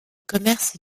commerce